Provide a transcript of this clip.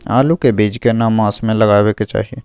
आलू के बीज केना मास में लगाबै के चाही?